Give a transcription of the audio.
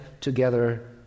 together